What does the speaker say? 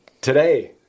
today